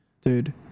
Dude